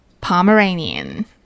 Pomeranian